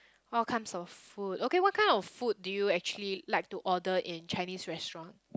all kind of food okay what kind of food do you actually like to order in Chinese restaurant